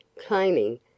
claiming